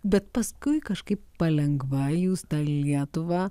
bet paskui kažkaip palengva jūs tą lietuvą